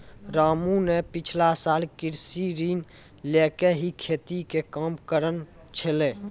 रामू न पिछला साल कृषि ऋण लैकॅ ही खेती के काम करनॅ छेलै